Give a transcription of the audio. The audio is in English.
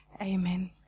Amen